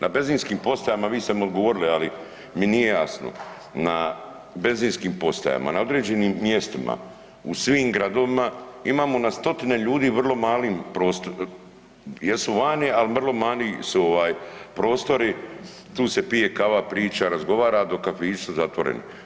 Na benzinskim postajama, vi ste mi odgovorili, ali mi nije jasno, na benzinskim postajama, na određenim mjestima u svim gradovima imamo na stotine ljudi vrlo malim prostor, jesu vani ali mani su ovaj, prostori, tu se pije kava, priča, razgovara, dok kafići su zatvoreni.